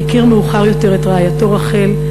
הכיר מאוחר יותר את רעייתו רחל,